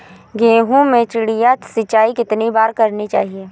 गेहूँ में चिड़िया सिंचाई कितनी बार करनी चाहिए?